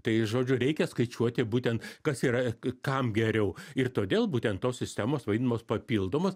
tai žodžiu reikia skaičiuoti būtent kas yra kam geriau ir todėl būtent tos sistemos vaidinamos papildomos